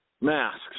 masks